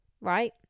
right